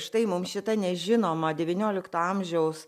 štai mum šitą nežinomą devyniolikto amžiaus